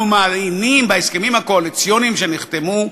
אנחנו מעיינים בהסכמים הקואליציוניים שנחתמו,